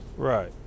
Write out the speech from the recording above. Right